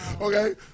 Okay